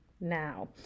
now